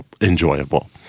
enjoyable